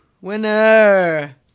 Winner